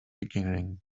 beginning